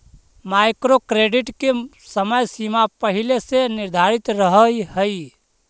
micro credit के समय सीमा पहिले से निर्धारित रहऽ हई